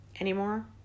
anymore